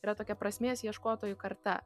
yra tokia prasmės ieškotojų karta